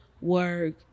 work